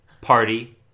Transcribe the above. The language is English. party